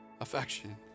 affection